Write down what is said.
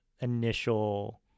initial